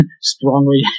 strongly